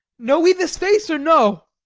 know we this face or no?